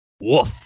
Woof